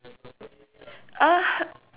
ah ha